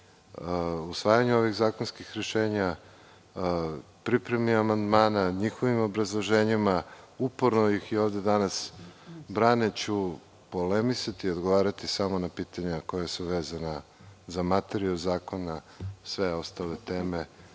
usvajanju ovih zakonskih rešenja, pripremi amandmana, njihovim obrazloženjima, uporno ih braneći ovde, ja ću polemisati o odgovarati samo na pitanja koja su vezana za materiju zakona. Sve ostale teme,